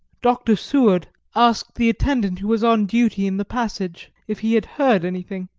dr. seward asked the attendant who was on duty in the passage if he had heard anything.